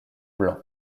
blanc